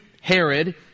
Herod